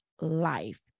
life